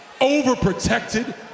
overprotected